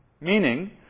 meaning